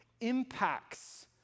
impacts